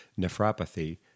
nephropathy